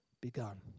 begun